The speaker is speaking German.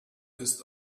ist